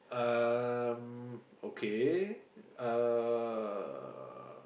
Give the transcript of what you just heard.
um okay uh